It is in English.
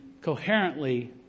coherently